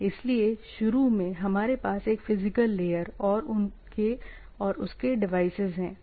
इसलिए शुरू में हमारे पास एक फिजिकल लेयर और उसके डिवाइसेज हैं